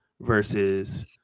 versus